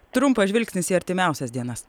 trumpas žvilgsnis į artimiausias dienas